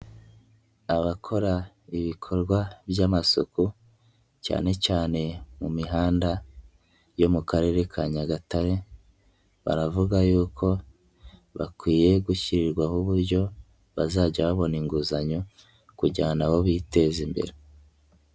Abakora ibikorwa by'amasuku cyane cyane mu mihanda yo mu karere ka Nyagatare baravuga yuko bakwiye gushyirirwaho uburyo bazajya babona inguzanyo kujyana nabo biteza imbere.